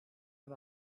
and